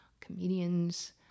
comedians